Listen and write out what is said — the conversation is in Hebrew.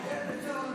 לא.